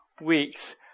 weeks